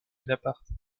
bonaparte